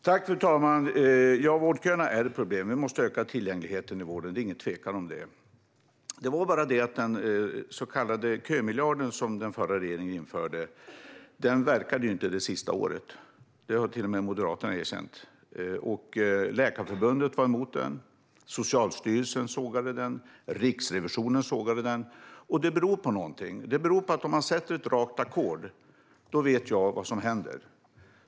Fru talman! Ja, vårdköerna är ett problem. Vi måste öka tillgängligheten i vården - det är ingen tvekan om det. Det var bara det att kömiljarden, som den förra regeringen införde, inte verkade det sista året. Det har till och med Moderaterna erkänt. Läkarförbundet var emot den. Socialstyrelsen sågade den. Riksrevisionen sågade den. Detta beror på någonting. Om man sätter ett rakt ackord vet jag vad som händer.